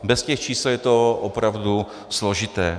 Bez těch čísel je to opravdu složité.